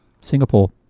Singapore